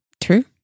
true